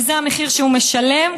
וזה המחיר שהוא משלם,